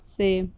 سے